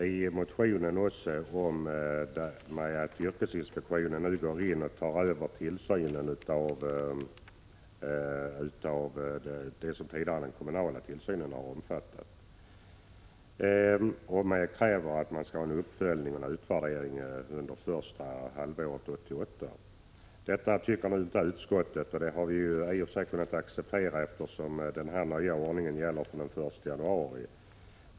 I motionen tar jag också upp några aspekter på att yrkesinspektionen nu övertar en del av det som den kommunala tillsynen tidigare har omfattat, och jag kräver en utvärdering och uppföljning under första halvåret 1988. Det tycker inte utskottet. I och för sig har vi kunnat acceptera detta, eftersom den nya ordningen gäller fr.o.m. den 1 januari.